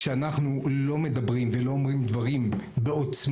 כאשר אנחנו לא מדברים ולא אומרים דברים בעוצמתיות,